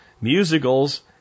Musicals